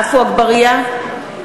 (קוראת בשמות חברי הכנסת) עפו אגבאריה,